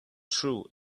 true